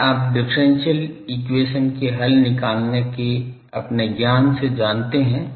यह आप differential equation के हल निकालने के अपने ज्ञान से जानते हैं